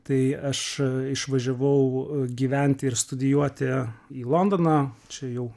tai aš išvažiavau gyventi ir studijuoti į londoną čia jau